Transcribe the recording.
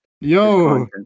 Yo